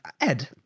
Ed